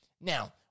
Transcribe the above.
Now